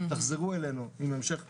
תחזרו אלינו עם המשך בחינה,